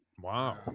Wow